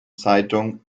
zeitung